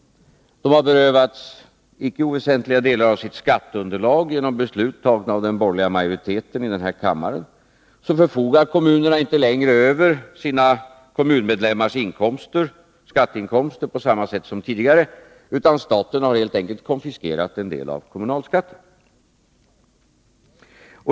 De har berövats icke oväsentliga delar av sitt skatteunderlag genom beslut av den borgerliga majoriteten i denna kammare. Kommunerna förfogar inte längre över skatteinkomster från sina kommunmedlemmar på samma sätt som tidigare, utan staten har helt enkelt konfiskerat en del av kommunalskatten.